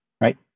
right